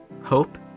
hope